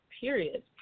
period